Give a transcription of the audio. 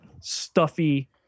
stuffy